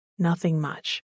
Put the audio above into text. nothingmuch